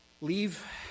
leave